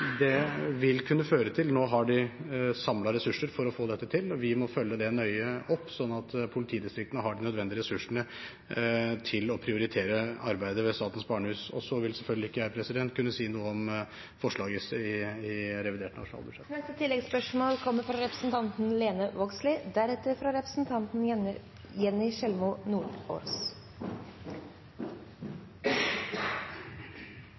Nå har de samlet ressurser for å få dette til, og vi må følge det nøye opp slik at politidistriktene har de nødvendige ressursene til å prioritere arbeidet ved Statens Barnehus. Så vil selvfølgelig ikke jeg kunne si noe om forslaget i revidert nasjonalbudsjett.